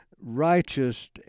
righteous